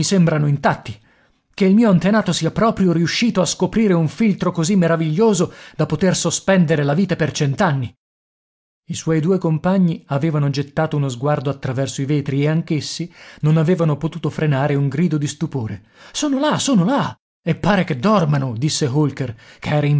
sembrano intatti che il mio antenato sia proprio riuscito a scoprire un filtro così meraviglioso da poter sospendere la vita per cent'anni i suoi due compagni avevano gettato uno sguardo attraverso i vetri e anch'essi non avevano potuto frenare un grido di stupore sono là sono là e pare che dormano disse holker